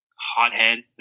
hothead